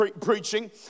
preaching